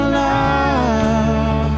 love